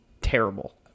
terrible